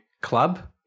club